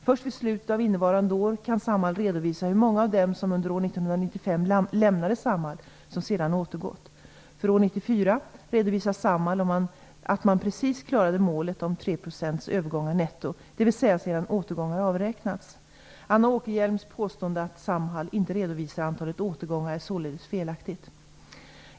Först vid slutet av innevarande år kan Samhall redovisa hur många av dem som under år 1994 redovisar Samhall att man precis klarade målet om tre procents övergångar netto, dvs. sedan återgångar avräknats. Anna Åkerhielms påstående om att Samhall inte redovisar antalet återgångar är således felaktigt.